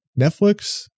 netflix